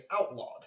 outlawed